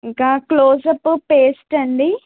ఇంకా closeup paste అండి